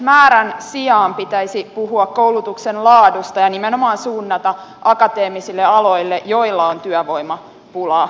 määrän sijaan pitäisi puhua koulutuksen laadusta ja nimenomaan suunnata akateemisille aloille joilla on työvoimapulaa